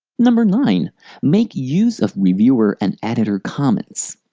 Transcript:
number nine make use of reviewer and editor comments.